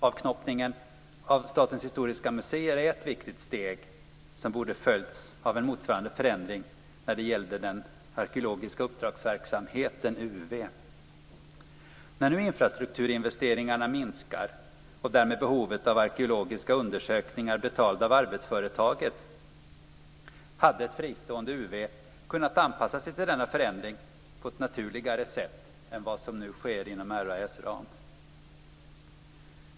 Avknoppningen av Statens historiska museer är ett viktigt steg som borde följts av en motsvarande förändring när det gäller den arkeologiska uppdragsverksamheten, UV. När nu infrastrukturinvesteringarna minskar, och därmed behovet av arkeologiska undersökningar betalda av arbetsföretaget, hade ett fristående UV kunnat anpassa sig till denna förändring på ett naturligare sätt än vad som nu sker inom RAÄ:s ram.